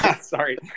Sorry